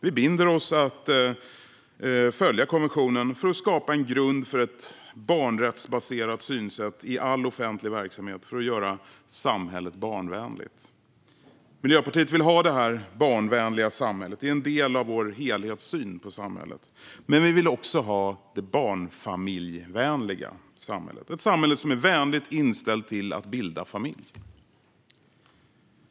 Vi förbinder oss att följa konventionen för att skapa en grund för ett barnrättsbaserat synsätt i all offentlig verksamhet och för att göra samhället barnvänligt. Miljöpartiet vill ha det här barnvänliga samhället. Det är en del av vår helhetssyn på samhället. Men vi vill också ha det barn familj vänliga samhället, ett samhälle som är vänligt inställt till att bilda familj.